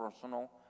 personal